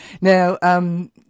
Now